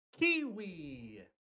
Kiwi